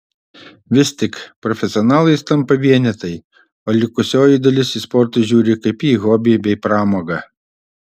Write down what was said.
vis tik profesionalais tampa vienetai o likusioji dalis į sportą žiūri kaip į hobį bei pramogą